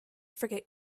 forget